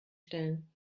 stellen